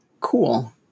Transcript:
cool